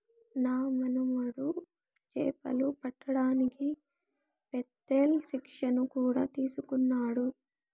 నా మనుమడు చేపలు పట్టడానికి పెత్తేల్ శిక్షణ కూడా తీసుకున్నాడు